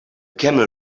camel